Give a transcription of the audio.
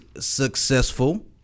successful